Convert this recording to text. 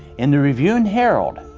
in the review and herald,